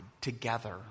together